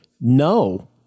no